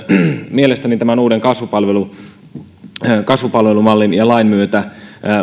mielestäni tämän uuden kasvupalvelumallin ja lain myötä